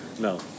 No